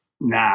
Nah